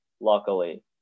luckily